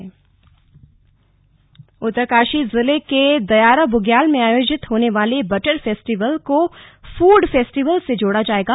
butter festival Uttarkashi जिले के दयारा बुग्याल में आयोजित होने वाले बटर फेस्टिवल को फूड फेस्टिवल से जोड़ा जाएगा